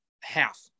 half